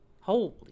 Holy